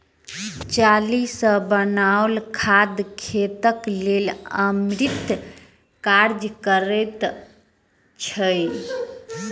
चाली सॅ बनाओल खाद खेतक लेल अमृतक काज करैत छै